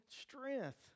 strength